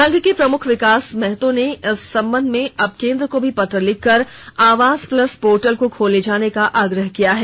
संघ के प्रमुख विकास महतो ने इस संबंध में अब केंद्र को भी पत्र लिखकर आवास प्लस पोर्टल को खोले जाने का आग्रह किया है